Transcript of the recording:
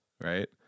right